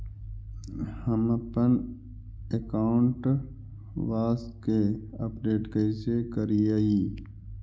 हमपन अकाउंट वा के अपडेट कैसै करिअई?